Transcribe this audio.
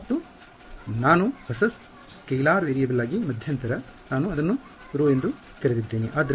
ಬಲ ಮತ್ತು ನಾನು ಹೊಸ ಸ್ಕೇಲಾರ್ ವೇರಿಯೇಬಲ್ ಆಗಿ ಮಧ್ಯಂತರ ನಾನು ಅದನ್ನು ρ ಎಂದು ಕರೆದಿದ್ದೇನೆ